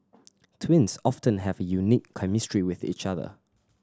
twins often have a unique chemistry with each other